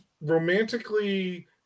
romantically